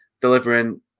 delivering